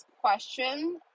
question